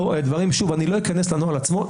אני לא אכנס לנוהל עצמו,